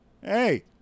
Hey